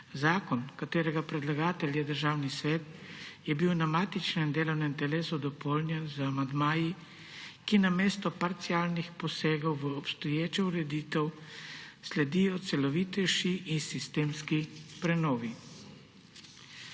Zakon, katerega predlagatelj je Državni svet, je bil na matičnem delovnem telesu dopolnjen z amandmaji, ki namesto parcialnih posegov v obstoječo ureditev sledijo celovitejši in sistemski prenovi.